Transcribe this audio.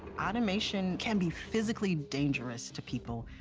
automation can be physically dangerous to people,